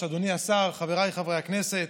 אדוני השר, חבריי חברי הכנסת,